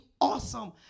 awesome